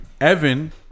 Evan